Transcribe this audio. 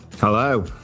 Hello